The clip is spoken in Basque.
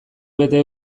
bete